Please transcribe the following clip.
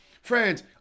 Friends